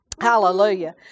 Hallelujah